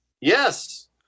Yes